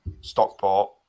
Stockport